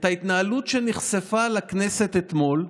ההתנהלות שנחשפה לכנסת אתמול,